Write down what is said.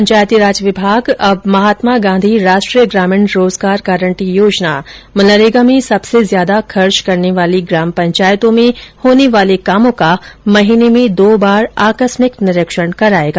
पंचायतीराज विभाग अब महात्मा गांधी राष्ट्रीय ग्रामीण रोजगार गारंटी योजना मनरेगा में सबसे ज्यादा खर्च करने वाली ग्राम पंचायतों में होने वाले कामों का महीने में दो बार आकस्मिक निरीक्षण कराएगा